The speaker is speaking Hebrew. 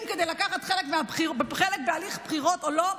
כדי לקחת חלק בהליך בחירות או לא,